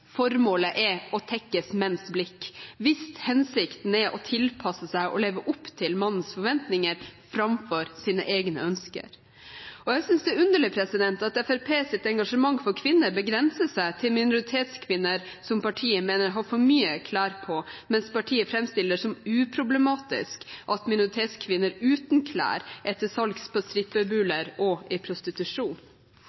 formålet er å tekkes menns blikk, hvis hensikten er å tilpasse seg og leve opp til mannens forventninger framfor sine egne ønsker. Jeg synes det er underlig at Fremskrittspartiets engasjement for kvinner begrenser seg til minoritetskvinner som partiet mener har på seg for mye klær, mens partiet framstiller det som uproblematisk at minoritetskvinner uten klær er til salgs på strippebuler og i prostitusjon.